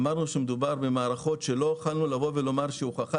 אמרנו שמדובר במערכות שלא יכולנו לומר שהוכחה